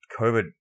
covid